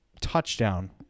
touchdown